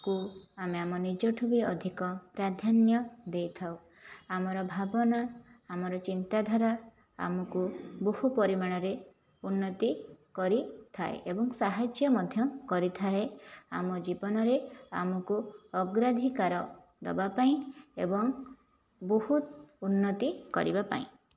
କୁ ଆମେ ଆମ ନିଜଠୁ ବି ଅଧିକ ପ୍ରାଧାନ୍ୟ ଦେଇଥାଉ ଆମର ଭାବନା ଆମର ଚିନ୍ତାଧାରା ଆମକୁ ବହୁ ପରିମାଣରେ ଉନ୍ନତି କରିଥାଏ ଏବଂ ସାହାଯ୍ୟ ମଧ୍ୟ କରିଥାଏ ଆମ ଜୀବନରେ ଆମକୁ ଅଗ୍ରାଧିକାର ଦେବାପାଇଁ ଏବଂ ବହୁତ ଉନ୍ନତି କରିବା ପାଇଁ